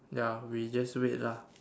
ya we just wait lah